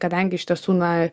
kadangi iš tiesų na